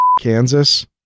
Kansas